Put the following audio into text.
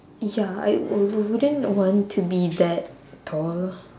ya I wou~ wouldn't want to be that tall